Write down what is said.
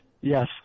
Yes